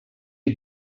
you